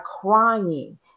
crying